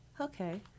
okay